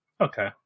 Okay